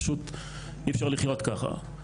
פשוט אי אפשר לחיות ככה,